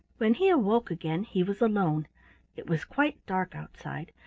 when he awoke again he was alone it was quite dark outside,